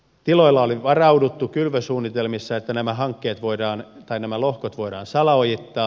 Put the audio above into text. tiloilla oli varauduttu kylvösuunnitelmissa että nämä lohkot voidaan salaojittaa